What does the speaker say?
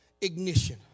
Ignition